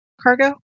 Cargo